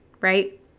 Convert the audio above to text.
right